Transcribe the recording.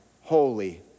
holy